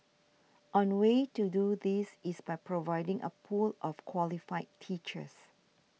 on way to do this is by providing a pool of qualified teachers